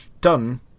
done